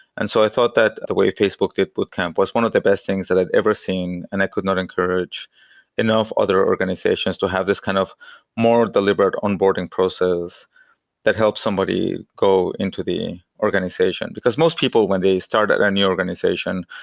and so i thought that the way facebook get boot camp was one of the best things that i've ever seen, and i could not encourage enough other organizations to have this kind of more deliberate onboarding process that helps somebody go into the organization. because most people, when they start at any organization,